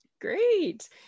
Great